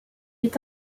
est